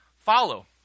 follow